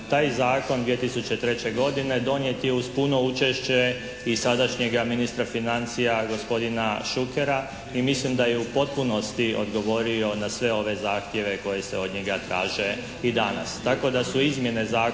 Taj Zakon 2003. godine donijet je uz puno učešće i sadašnjega ministra financija, gospodina Šukera. I mislim da je u potpunosti odgovorio na sve ove zahtjeve koji se od njega traže i danas.